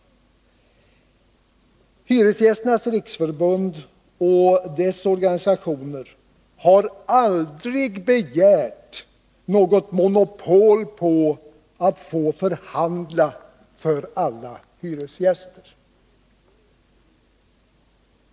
Hyresgästernas riksförbund och dess organisationer har aldrig begärt något monopol på att få förhandla för alla hyresgäster.